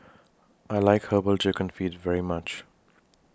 I like Herbal Chicken Feet very much